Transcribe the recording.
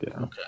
Okay